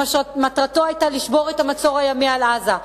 שמטרתו היתה לשבור את המצור הימי על עזה,